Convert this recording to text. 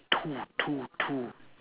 two two two